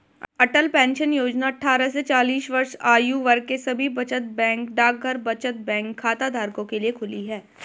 अटल pension Yojana अट्ठारह से चालीस वर्ष आयु वर्ग के सभी बचत बैंक डाकघर बचत बैंक खाताधारकों के लिए खुली है